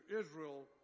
Israel